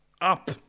up